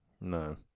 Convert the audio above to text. No